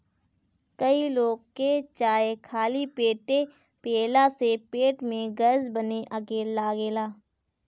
कई लोग के चाय खाली पेटे पियला से पेट में गैस बने लागेला